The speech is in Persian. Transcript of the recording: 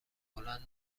بلند